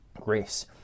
grace